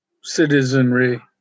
citizenry